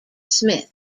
smith